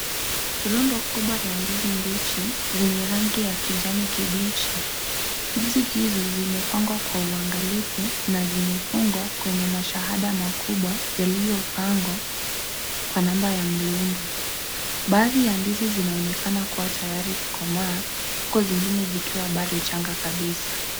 Rundo kubwa la ndizi mbichi zenye rangi ya kijani kibichi . Ndizi hizo zimepangwa Kwa uangalifu na zimefungwa Kwenye mashahada makubwa yaliyopangwa kwa namba ya mrundo. Baadhi ya ndizi zinaonekana kuwa tayari kukomaa huku zingine zikiwa bado changa kabisa.